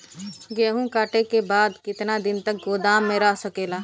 गेहूँ कांटे के बाद कितना दिन तक गोदाम में रह सकेला?